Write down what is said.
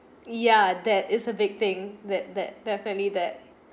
yeah that is a big thing that that definitely that